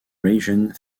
region